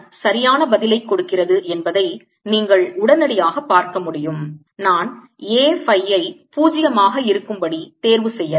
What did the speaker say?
இது Bகான சரியான பதிலை கொடுக்கிறது என்பதை நீங்கள் உடனடியாக பார்க்க முடியும் நான் A phi ஐ 0 ஆக இருக்கும் படி தேர்வு செய்யலாம்